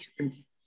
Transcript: okay